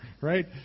right